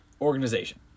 organization